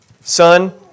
Son